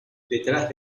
detrás